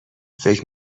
فکر